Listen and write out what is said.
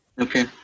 Okay